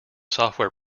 software